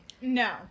No